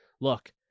look